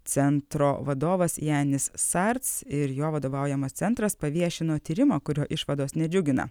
centro vadovas janis sars ir jo vadovaujamas centras paviešino tyrimą kurio išvados nedžiugina